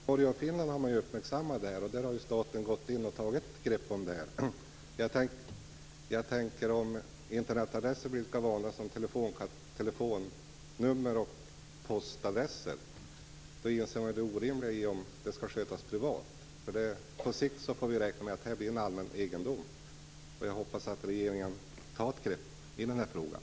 Herr talman! I Norge och Finland har man uppmärksammat det här. Där har staten gått in och tagit ett grepp om det hela. Tänk om Internetadresser blir lika vanliga som telefonnummer och postadresser! Då inser man det orimliga i att detta skall skötas privat. På sikt får vi räkna med att detta blir allmän egendom, och jag hoppas att regeringen tar ett grepp i frågan.